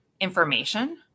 information